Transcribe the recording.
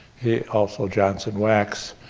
also johnson wax,